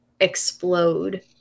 explode